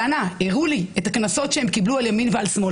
והראו לי את הקנסות שהם קיבלו על ימין ועל שמאל.